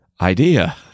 idea